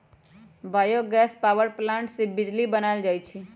bio gas power plant से बिजली बनाएल जाइ छइ